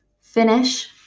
finish